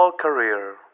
Career